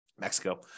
Mexico